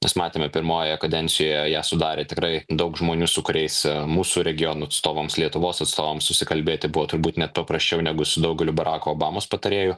nes matėme pirmojoje kadencijoje ją sudarė tikrai daug žmonių su kuriais mūsų regiono atstovams lietuvos atstovams susikalbėti buvo turbūt net paprasčiau negu su daugeliu barako obamos patarėjų